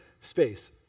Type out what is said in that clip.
space